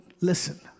listen